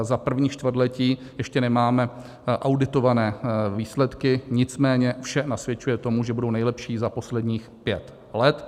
Za první čtvrtletí ještě nemáme auditované výsledky, nicméně vše nasvědčuje tomu, že budou nejlepší za posledních pět let.